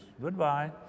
Goodbye